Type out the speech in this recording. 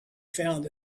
found